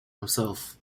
himself